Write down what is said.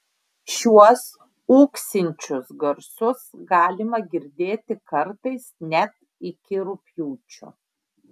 šiuos ūksinčius garsus galima girdėti kartais net iki rugpjūčio